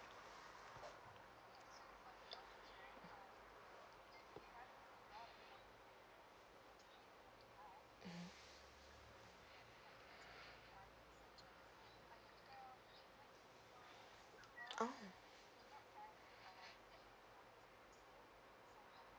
oh